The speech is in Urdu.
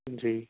جی